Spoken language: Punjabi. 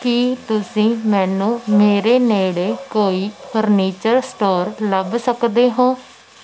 ਕੀ ਤੁਸੀਂ ਮੈਨੂੰ ਮੇਰੇ ਨੇੜੇ ਕੋਈ ਫਰਨੀਚਰ ਸਟੋਰ ਲੱਭ ਸਕਦੇ ਹੋ